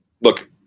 look